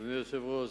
אדוני היושב-ראש,